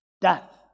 death